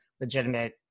legitimate